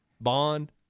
bond